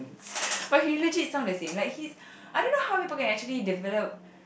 but he legit sounds the same like he I don't know how people can actually develop